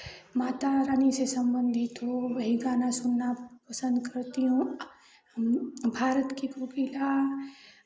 माता रानी से सम्बन्धित हो वही गाना सुनना पसन्द करती हूँ भारत की कोकिला